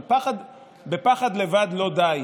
אבל בפחד לבד לא די,